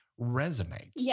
resonates